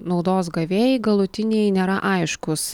naudos gavėjai galutiniai nėra aiškūs